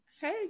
Hey